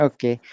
Okay